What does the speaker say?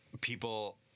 people